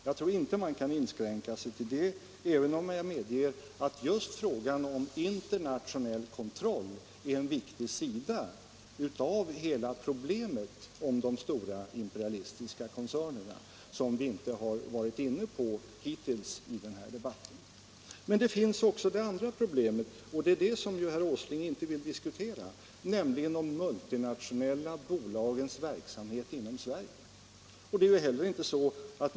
Jag tror inte man kan inskränka sig till detta, även om jag medger att just frågan om in Nr 56 ternationell kontroll är en viktig sida av hela problemet med de stora imperialistiska koncernerna som vi hittills inte har varit inne på i denna debatt. SA ottrtlästr RR Men det finns också det andra problemet, som herr Åsling inte vill Om åtgärder för att diskutera, nämligen de multinationella bolagens verksamhet inom Sve = hindra kapitalexrige.